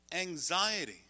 Anxiety